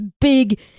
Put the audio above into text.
big